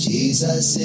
Jesus